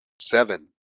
Seven